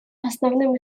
основным